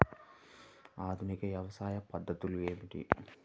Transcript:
ఆధునిక వ్యవసాయ పద్ధతులు ఏమిటి?